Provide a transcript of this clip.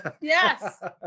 Yes